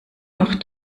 noch